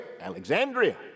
Alexandria